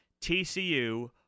TCU